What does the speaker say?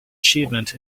achievement